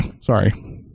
sorry